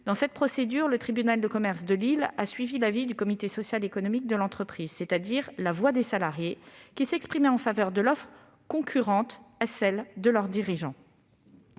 dans cette procédure, le tribunal de commerce de Lille a suivi l'avis du comité social et économique de l'entreprise, donc la voix des salariés, qui s'étaient prononcés en faveur de l'offre concurrente de celle des dirigeants.